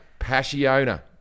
passiona